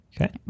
okay